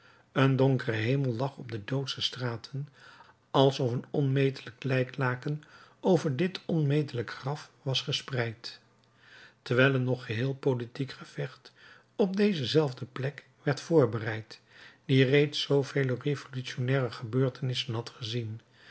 een donkere hemel lag op de doodsche straten alsof een onmetelijk lijklaken over dit onmetelijk graf was gespreid terwijl een nog geheel politiek gevecht op deze zelfde plek werd voorbereid die reeds zoovele revolutionnaire gebeurtenissen had gezien